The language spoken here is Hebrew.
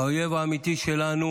האויב האמיתי שלנו